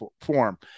form